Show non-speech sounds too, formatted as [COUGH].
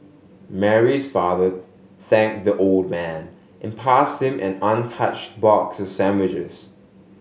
Mary's father thanked the old man and passed him an untouched box [UNINTELLIGIBLE] sandwiches